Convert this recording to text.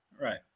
Right